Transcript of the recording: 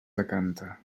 decanta